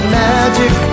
magic